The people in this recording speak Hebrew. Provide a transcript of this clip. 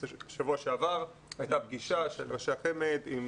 בשבוע שעבר הייתה פגישה של ראשי החמ"ד עם